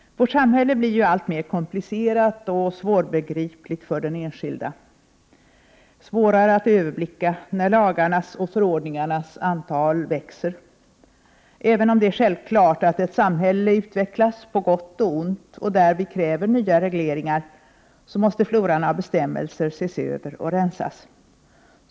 Vårt samhälle blir ju alltmer komplicerat och svårbegripligt för den enskilde — svårare att överblicka när lagarnas och förordningarnas antal växer. Även om det är självklart att ett samhälle utvecklas på gott och ont och därvid kräver nya regleringar, måste floran av bestämmelser ses över och rensas.